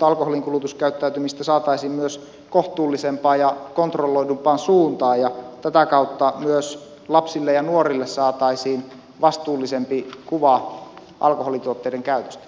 alkoholin kulutuskäyttäytymistä saataisiin myös kohtuullisempaan ja kontrolloidumpaan suuntaan ja tätä kautta myös lapsille ja nuorille saataisiin vastuullisempi kuva alkoholituotteiden käytöstä